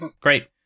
great